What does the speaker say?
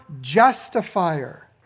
Justifier